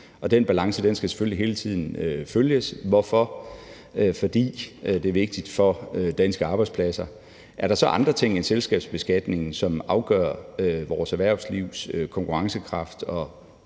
den balance skal selvfølgelig hele tiden følges. Hvorfor? Det er vigtigt for danske arbejdspladser. Er der så andre ting end selskabsbeskatningen, som afgør vores erhvervslivs konkurrencekraft